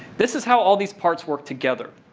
this is how all these parts work together.